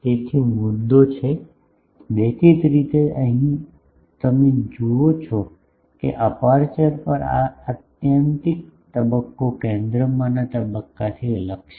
તેથી મુદ્દો છે દેખીતી રીતે અહીં તમે જુઓ છો કે અપેરચ્યોર પર આ આત્યંતિક તબક્કો કેન્દ્રમાંના તબક્કાથી અલગ છે